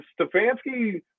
Stefanski